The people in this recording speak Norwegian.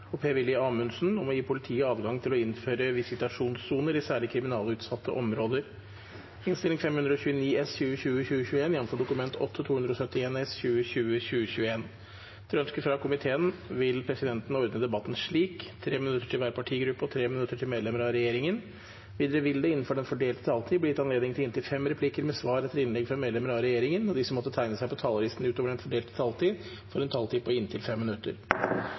vil presidenten ordne debatten slik: 3 minutter til hver partigruppe og 3 minutter til medlemmer av regjeringen. Videre vil det – innenfor den fordelte taletid – bli gitt anledning til inntil fem replikker med svar etter innlegg fra medlemmer av regjeringen, og de som måtte tegne seg på talerlisten utover den fordelte taletid, får også en taletid på inntil 5 minutter.